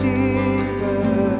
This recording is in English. Jesus